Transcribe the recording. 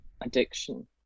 addiction